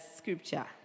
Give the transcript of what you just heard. scripture